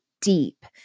deep